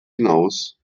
hinaus